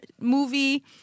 movie